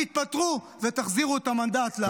תתפטרו ותחזירו את המנדט לעם.